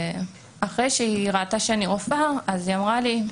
אחרי שהיא ראתה שאני רופאה אז היא אמרה לי: